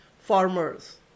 farmers